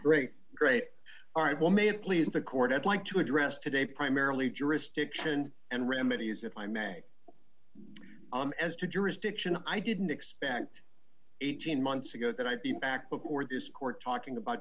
great great art will make it please the court i'd like to address today primarily jurisdiction and remedies if i may as to jurisdiction i didn't expect eighteen months ago that i'd be back before this court talking about